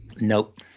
nope